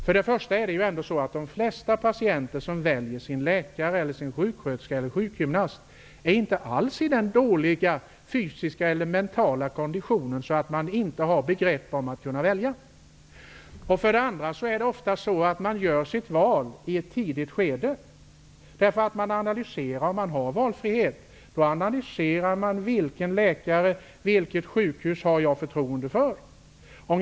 För det första är det ändå så att de flesta patienter som kommer till läkaren, sjuksköterskan eller sjukgymnasten inte alls är i så dålig fysisk eller mental kondition att de inte kan välja. För det andra är det ofta så att man gör sitt val i ett tidigt skede. Man analyserar vilken läkare och vilket sjukhus man har förtroende för.